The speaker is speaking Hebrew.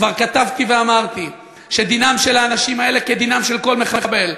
כבר כתבתי ואמרתי שדינם של האנשים האלה כדינו של כל מחבל.